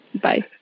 Bye